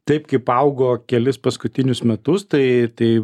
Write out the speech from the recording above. taip kaip augo kelis paskutinius metus tai tai